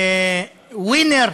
"ווינר".